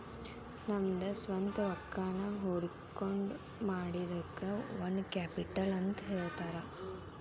ನಮ್ದ ಸ್ವಂತ್ ರೊಕ್ಕಾನ ಹೊಡ್ಕಿಮಾಡಿದಕ್ಕ ಓನ್ ಕ್ಯಾಪಿಟಲ್ ಅಂತ್ ಹೇಳ್ತಾರ